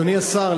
אדוני השר,